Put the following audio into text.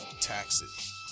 taxes